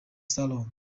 salomon